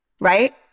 Right